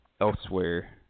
elsewhere